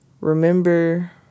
Remember